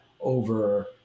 over